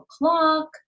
o'clock